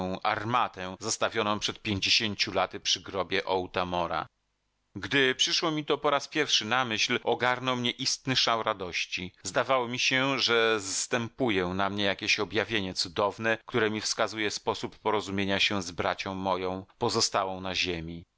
armatę zostawioną przed pięćdziesięciu laty przy grobie otamora gdy przyszło mi to po raz pierwszy na myśl ogarnął mnie istny szał radości zdawało mi się że zstępuje na mnie jakieś objawienie cudowne które mi wskazuje sposób porozumienia się z bracią moją pozostałą na ziemi